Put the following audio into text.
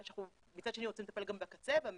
מצד שני אנחנו רוצים גם לטפל בקצה, במצוינים.